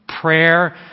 Prayer